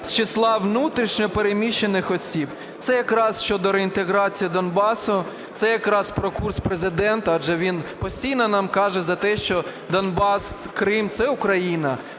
з числа внутрішньо переміщених осіб. Це якраз щодо реінтеграції Донбасу, це якраз про курс Президента, адже він постійно нам каже за те, що Донбас, Крим – це Україна.